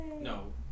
No